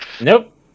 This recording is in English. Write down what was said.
Nope